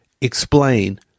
explain